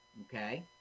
Okay